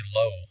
low